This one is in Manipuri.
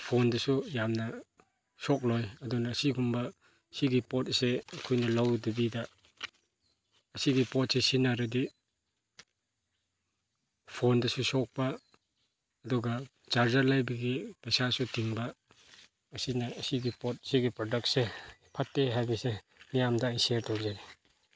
ꯐꯣꯟꯗꯁꯨ ꯌꯥꯝꯅ ꯁꯣꯛꯂꯣꯏ ꯑꯗꯨꯅ ꯁꯤꯒꯨꯝꯕ ꯁꯤꯒꯤ ꯄꯣꯠ ꯑꯁꯦ ꯑꯩꯈꯣꯏꯅ ꯂꯧꯗꯕꯤꯗ ꯑꯁꯤꯒꯤ ꯄꯣꯠꯁꯤ ꯁꯤꯖꯤꯟꯅꯔꯗꯤ ꯐꯣꯟꯗꯁꯨ ꯁꯣꯛꯄ ꯑꯗꯨꯒ ꯆꯥꯔꯖꯔ ꯂꯩꯕꯒꯤ ꯄꯩꯁꯥꯁꯨ ꯇꯤꯡꯕ ꯑꯁꯤꯅ ꯑꯁꯤꯒꯤ ꯄꯣꯠꯁꯤꯒꯤ ꯄ꯭ꯔꯗꯛꯁꯦ ꯐꯠꯇꯦ ꯍꯥꯏꯕꯁꯦ ꯃꯤꯌꯥꯝꯗ ꯑꯩ ꯁꯤꯌꯔ ꯇꯧꯖꯔꯤ